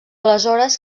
aleshores